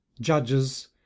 judges